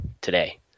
today